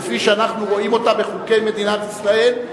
כפי שאנחנו רואים אותה בחוקי מדינת ישראל,